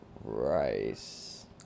rice